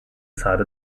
side